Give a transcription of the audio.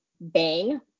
bang